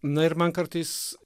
na ir man kartais